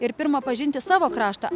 ir pirma pažinti savo kraštą